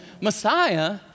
Messiah